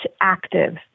active